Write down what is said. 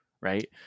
Right